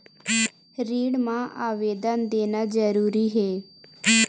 ऋण मा आवेदन देना जरूरी हे?